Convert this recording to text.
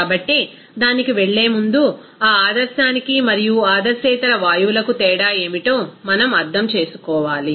కాబట్టి దానికి వెళ్ళే ముందు ఆ ఆదర్శానికి మరియు ఆదర్శేతర వాయువులకు తేడా ఏమిటో మనం అర్థం చేసుకోవాలి